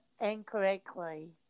incorrectly